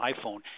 iPhone